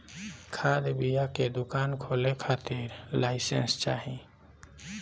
खाद बिया के दुकान खोले के खातिर लाइसेंस चाही